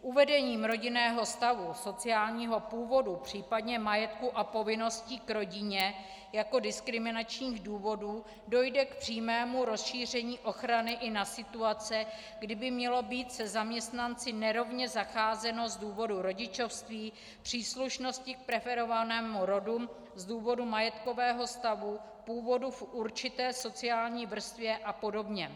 Uvedením rodinného stavu, sociálního původu, případně majetku a povinností k rodině jako diskriminačních důvodů dojde k přímému rozšíření ochrany i na situace, kdy by mělo být se zaměstnanci nerovně zacházeno z důvodu rodičovství, příslušnosti k preferovanému rodu z důvodu majetkového stavu, původu v určité sociální vrstvě apod.